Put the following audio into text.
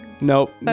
Nope